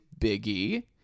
Biggie –